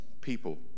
people